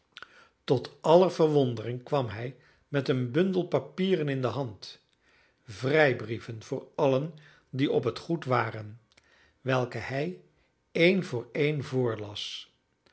tot aller verwondering kwam hij met een bundel papieren in de hand vrijbrieven voor allen die op het goed waren welke hij een voor een voorlas